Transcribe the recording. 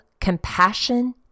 compassion